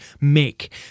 make